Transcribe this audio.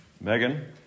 Megan